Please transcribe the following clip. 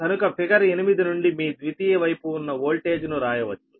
కనుక ఫిగరు 8 నుండి మీ ద్వితీయ వైపు ఉన్న ఓల్టేజ్ ను రాయవచ్చు